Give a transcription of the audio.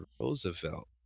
Roosevelt